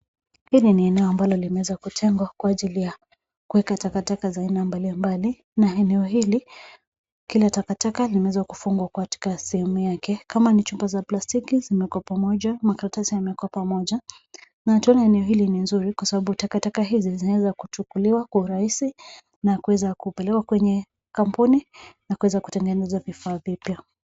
Hili ni eneo ambalo limeweza kutengwa kwa ajili ya kuweka takataka za aina balibali. Na eneo hili, kila takataka imeweze kufungwa katika sehemu yake. Kama ni chupa za plastiki zimekuwa pamoja, makaratasi yamekuwa pamoja. Na tena ni vile ni nzuri kwa sababu takataka hizi zinaweza kuchukuliwa kwa urahisi, na kuweza kupelekwa kwenye kampuni, na kuweza kutengeneza vifaa vipya